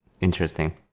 Interesting